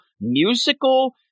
musical